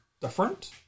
different